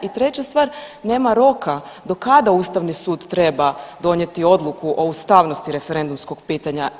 I treća stvar, nema roka do kada ustavni sud treba donijeti odluku o ustavnosti referendumskog pitanja.